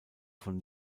von